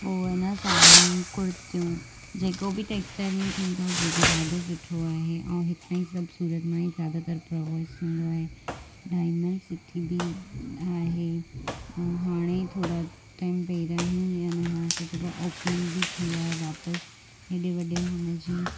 पोइ इन साड़ियूं कूर्तियूं जेको बि टैक्सटाइल में थींदो हो बि ॾाढो सुठो आहे ऐं हितां ई सभु सूरत मां ई ज्यादातर प्रोग्रेस थींदो आहे डायमंड सिटी बि आहे ऐं हाणे थोरा टाइम पहिरियां ई ईअं न छा चइबो आहे ओपनिंग बि थी आहे वापसि हेॾे वॾे हिन जी